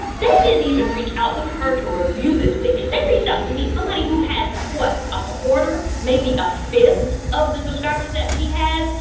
they didn't even reach out to her to review this wig. they reached out to me somebody who had what a quarter maybe a fifth of the subscribers that she has.